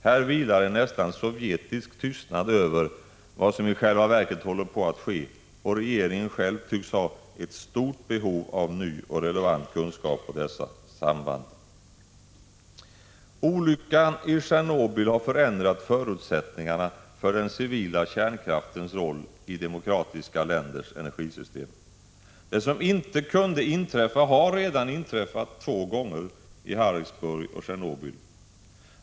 Här vilar en nästan sovjetisk tystnad över vad som i själva verket håller på att ske, och regeringen själv tycks ha ett stort behov av ny och relevant kunskap om dessa samband. Olyckan i Tjernobyl har förändrat förutsättningarna för den civila kärnkraftens roll i demokratiska länders energisystem. Det som inte kunde inträffa har redan inträffat två gånger —i Harrisburg och i Tjernobyl.